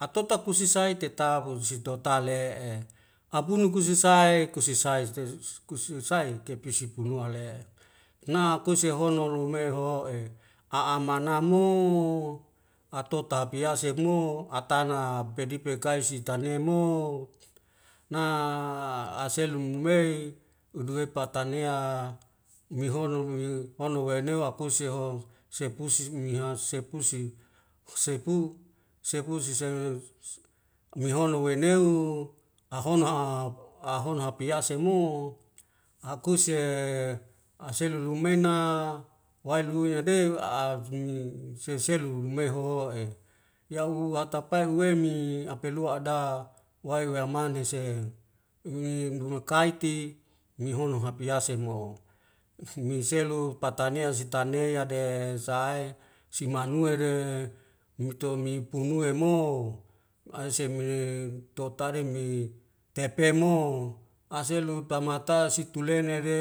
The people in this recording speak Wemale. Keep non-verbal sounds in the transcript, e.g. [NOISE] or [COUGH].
atotak kusisai tetapun sitotale'e apun nuku sesae e kusisai [HESITATION] kusisai kepisi kunuale na kuse hono lumeho'e a'a mana mo atota apiyase mo atana pedi pekai sitane mo na aselum we uduwe pata nea mehono me hono waenewa akuse ho sepusi miha sepusi sepu sepusi [HESITATION] mehono waineo ahona'a ahona hapease mo akuse e aselu lumena wailu ya de afni seselu mehoho'e yau atapai wemi apelua ada wae weamanese uin rumakaiti mihono hapiase mo'o miselu patania sitane yade sae simanue re mitomi pumue mo aisekmene totaring mi tepe mo aselu tamata si tulele re